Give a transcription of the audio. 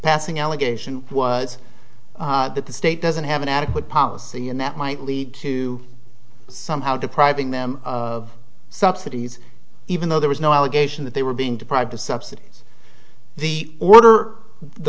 passing allegation was that the state doesn't have an adequate policy and that might lead to somehow depriving them of subsidies even though there was no allegation that they were being deprived the subsidies the order the